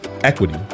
equity